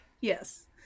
Yes